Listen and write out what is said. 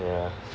yeah